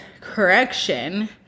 correction